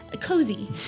cozy